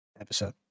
episode